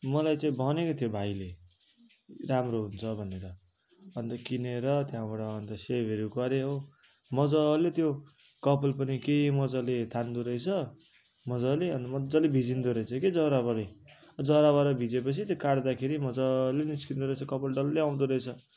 मलाई चाहिँ भनेको थियो भाइले राम्रो हुन्छ भनेर अन्त किनेर त्यहाँबाट अन्त सेभहरू गरेँ हो मजाले त्यो कपाल पनि के मजाले तान्दो रहेछ मजाले अन्त मजाले भिज्दो रहेछ के जराबाट जराबाट भिझे पछि त्यो काट्दाखेरि मजाले निस्कँदा रहेछ कपाल डल्लै आउँदो रहेछ